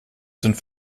sind